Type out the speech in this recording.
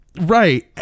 Right